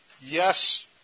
Yes